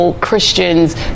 Christians